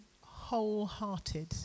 wholehearted